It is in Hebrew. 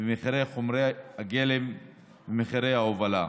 במחירי חומרי הגלם ומחירי ההובלה.